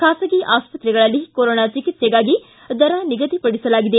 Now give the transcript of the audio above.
ಖಾಸಗಿ ಆಸ್ತ್ರೆಗಳಲ್ಲಿ ಕೊರೋನಾ ಚಿಕಿಸ್ಗೆಗಾಗಿ ದರ ನಿಗದಿಪಡಿಸಲಾಗಿದೆ